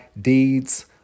deeds